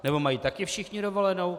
Nebo mají taky všichni dovolenou?